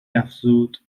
افزود